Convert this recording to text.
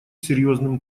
серьёзным